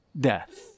death